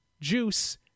Juice